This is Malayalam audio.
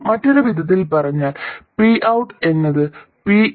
മറ്റൊരു വിധത്തിൽ പറഞ്ഞാൽ Pout എന്നത് Pin